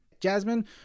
Jasmine